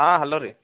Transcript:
ಹಾಂ ಹಲೋ ರೀ